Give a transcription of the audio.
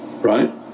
right